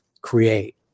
create